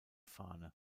fahne